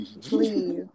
Please